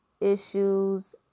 Issues